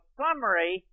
summary